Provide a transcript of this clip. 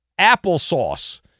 applesauce